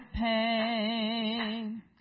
pain